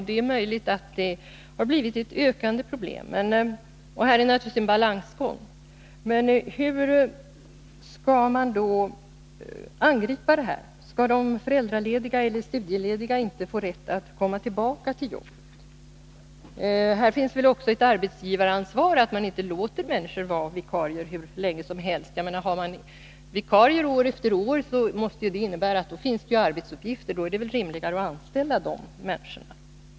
Det är möjligt att det har blivit ett ökande problem — här gäller det naturligtvis en balansgång. Men hur skall man då angripa detta? Skall de föräldralediga eller studielediga inte få rätt att komma tillbaka till jobbet? Här finns väl också ett arbetsgivaransvar för att man inte låter människor vara vikarier hur länge som helst. Har man vikarier år efter år, måste det innebära att det finns arbetsuppgifter, och då är det väl rimligare att anställa de människorna?